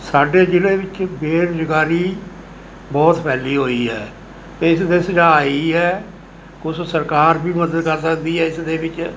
ਸਾਡੇ ਜ਼ਿਲ੍ਹੇ ਵਿੱਚ ਬੇਰੁਜ਼ਗਾਰੀ ਬਹੁਤ ਫੈਲੀ ਹੋਈ ਹੈ ਇਸ ਦੇ ਸੁਝਾਅ ਇਹੀ ਹੈ ਕੁਛ ਸਰਕਾਰ ਵੀ ਮਦਦ ਕਰ ਸਕਦੀ ਹੈ ਇਸ ਦੇ ਵਿੱਚ